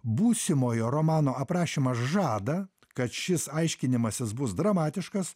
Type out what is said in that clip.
būsimojo romano aprašymas žada kad šis aiškinimasis bus dramatiškas